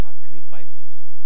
Sacrifices